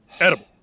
edible